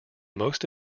most